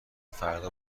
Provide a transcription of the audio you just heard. فردا